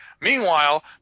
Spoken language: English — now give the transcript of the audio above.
Meanwhile